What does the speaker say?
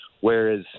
whereas